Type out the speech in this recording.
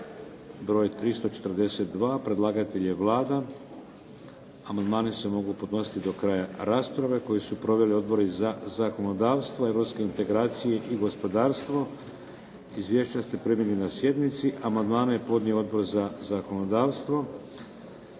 br. 342 Predlagatelj je Vlada. Amandmani se mogu podnositi do kraja rasprave koju su proveli odbori za zakonodavstvo, europske integracije i gospodarstvo. Izvješća ste primili na sjednici. Amandmane je podnio Odbor za zakonodavstvo.